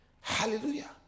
Hallelujah